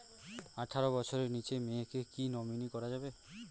আঠারো বছরের নিচে মেয়েকে কী নমিনি করা যাবে?